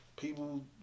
People